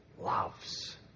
loves